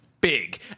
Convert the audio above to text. big